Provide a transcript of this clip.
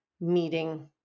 meeting